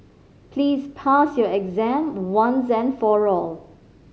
please pass your exam once and for all